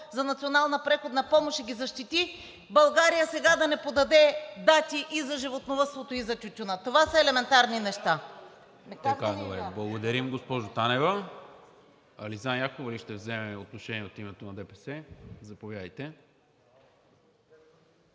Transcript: за национална преходна помощ и ги защити, България сега да не подаде дати и за животновъдството, и за тютюна. Това са елементарни неща. ПРЕДСЕДАТЕЛ НИКОЛА МИНЧЕВ: Благодаря, госпожо Танева. Ализан Яхова ли ще вземе отношение от името на ДПС? Заповядайте.